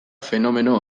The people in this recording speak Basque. fenomeno